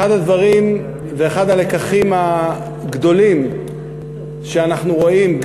אחד הלקחים הגדולים שאנחנו רואים,